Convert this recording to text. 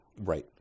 right